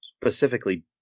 specifically